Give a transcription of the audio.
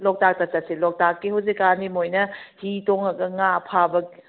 ꯂꯣꯛꯇꯥꯛꯇ ꯆꯠꯁꯦ ꯂꯣꯛꯇꯥꯛꯀꯤ ꯍꯧꯖꯤꯛꯀꯥꯟꯒꯤ ꯃꯣꯏꯅ ꯍꯤ ꯊꯣꯡꯉꯒ ꯉꯥ ꯐꯥꯕ